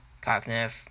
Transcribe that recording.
cognitive